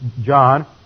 John